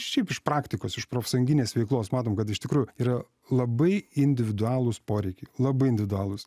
šiaip iš praktikos iš profsąjunginės veiklos matom kad iš tikrųjų yra labai individualūs poreikiai labai individualūs